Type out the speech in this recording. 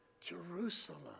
Jerusalem